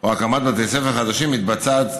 או הקמת בתי ספר חדשים מתבצעת